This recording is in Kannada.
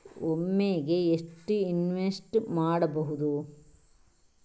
ಒಮ್ಮೆಗೆ ಎಷ್ಟು ಇನ್ವೆಸ್ಟ್ ಮಾಡ್ಬೊದು?